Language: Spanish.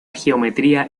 geometría